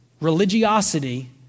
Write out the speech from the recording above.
religiosity